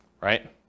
Right